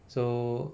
so